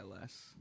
less